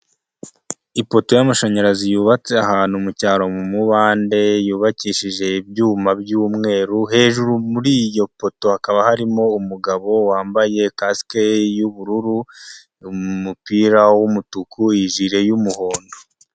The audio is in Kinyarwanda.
Ipoto y'amashanyarazi yubatse ahantu mu cyaro mu mubande, yubakishije ibyuma by'umweru, hejuru muri iyopoto hakaba harimo umugabo wambaye kasike y'ubururu, umupira w'umutuku, ijire y'umuhondo.